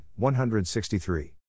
163